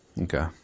okay